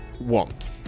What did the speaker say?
want